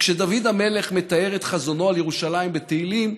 כשדוד המלך מתאר את חזונו על ירושלים בתהילים,